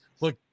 look